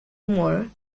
moore